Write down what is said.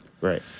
right